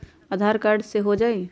आधार card से हो जाइ?